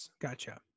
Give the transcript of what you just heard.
Gotcha